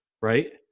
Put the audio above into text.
right